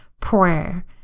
prayer